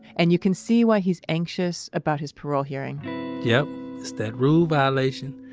and you can see why he's anxious about his parole hearing yep. it's that rule violation.